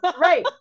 Right